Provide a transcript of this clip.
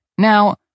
Now